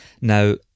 Now